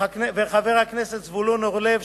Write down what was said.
וחבר הכנסת זבולון אורלב,